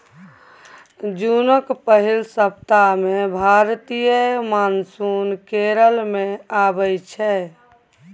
जुनक पहिल सप्ताह मे भारतीय मानसून केरल मे अबै छै